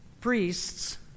priests